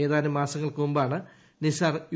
ഏതാനും മാസങ്ങൾക്ക് മുമ്പാണ് നിസാർ യു